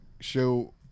Show